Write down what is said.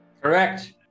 Correct